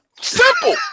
simple